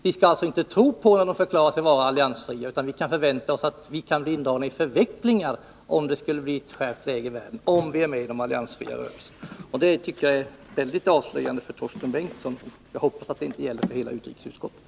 Vi skall alltså inte tro på dessa länder när de förklarar sig vara alliansfria, utan vi skall förvänta oss att kunna bli indragna i förvecklingar i samband med ett skärpt världsläge, om vi ansluter oss till dem. Det uttalandet tycker jag är väldigt avslöjande för Torsten Bengtson. Jag hoppas att det inte gäller för hela utrikesutskottet.